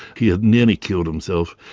he had nearly killed himself,